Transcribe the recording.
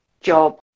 job